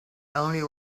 only